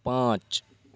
पाँच